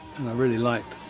and i really liked